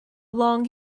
long